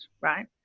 right